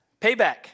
Payback